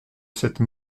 cette